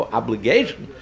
obligation